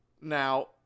Now